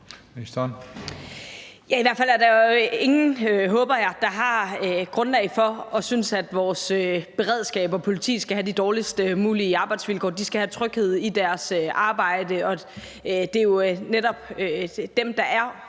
I hvert fald er der jo ingen, håber jeg, der har grundlag for at synes, at vores beredskab og politi skal have de dårligst mulige arbejdsvilkår. De skal have tryghed i deres arbejde, og det er jo netop dem, der er